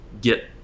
get